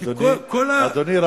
אדוני,